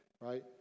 right